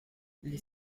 les